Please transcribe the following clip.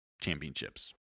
championships